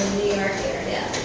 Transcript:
new york area.